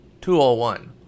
201